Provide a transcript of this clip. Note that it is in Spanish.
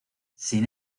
sin